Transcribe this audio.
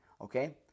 okay